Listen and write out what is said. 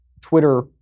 Twitter